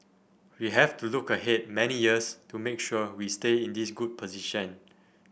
we have to look ahead many years to make sure we stay in this good position